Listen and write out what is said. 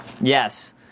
Yes